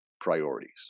priorities